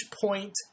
point